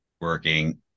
Working